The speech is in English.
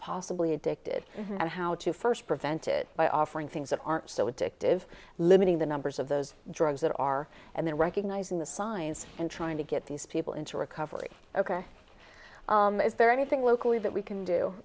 possibly addicted and how to first prevented by offering things that aren't so addictive limiting the numbers of those drugs that are and then recognizing the signs and trying to get these people into recovery ok is there anything locally that we can do